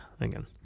again